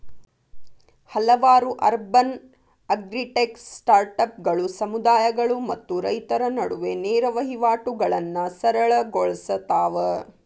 ಹಲವಾರು urban agritech ಸ್ಟಾರ್ಟ್ಅಪ್ಗಳು ಸಮುದಾಯಗಳು ಮತ್ತು ರೈತರ ನಡುವೆ ನೇರ ವಹಿವಾಟುಗಳನ್ನಾ ಸರಳ ಗೊಳ್ಸತಾವ